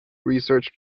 research